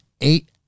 eight